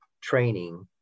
training